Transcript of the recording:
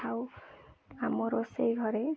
ଥାଉ ଆମ ରୋଷେଇ ଘରେ